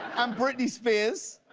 um britney spears.